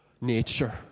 nature